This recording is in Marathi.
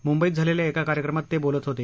मुंबईत झालेल्या एका कार्यक्रमात ते बोलत होते